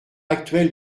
actuel